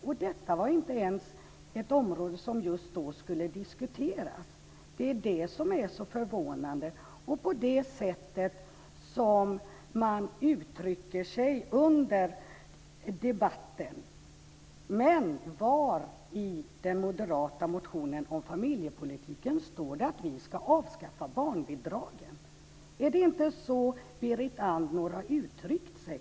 Det Berit Andnor tog upp skulle inte diskuteras i den debatten. Det är det som är så förvånande, liksom det sätt som hon uttryckte sig på under debatten. Var i den moderata motionen om familjepolitiken står det att vi ska avskaffa barnbidragen? Är det inte så Berit Andnor har uttryckt sig?